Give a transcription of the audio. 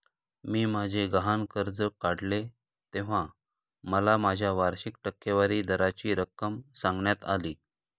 मी माझे गहाण कर्ज काढले तेव्हा मला माझ्या वार्षिक टक्केवारी दराची रक्कम सांगण्यात आली